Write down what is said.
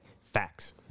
Facts